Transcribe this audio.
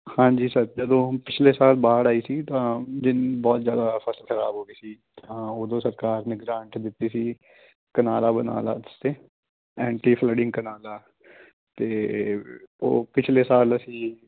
ਹਾਂਜੀ ਸਰ ਜਦੋਂ ਪਿਛਲੇ ਸਾਲ ਬਾੜ ਆਈ ਸੀ ਤਾਂ ਦਿਨ ਬਹੁਤ ਜ਼ਿਆਦਾ ਫਸਲ ਖ਼ਰਾਬ ਹੋ ਗਈ ਸੀ ਹਾਂ ਉਦੋਂ ਸਰਕਾਰ ਨੇ ਗਰਾਂਟ ਦਿੱਤੀ ਸੀ ਕਨਾਲਾਂ ਬਣਾਉਣ ਵਾਸਤੇ ਐਂਟੀ ਫਲੈਡਿੰਗ ਕਨਾਲਾਂ ਅਤੇ ਉਹ ਪਿਛਲੇ ਸਾਲ ਅਸੀਂ